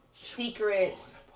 secrets